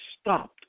stopped